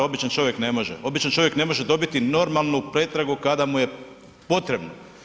Običan čovjek ne može, običan čovjek ne može dobiti normalnu pretragu kada mu potrebna.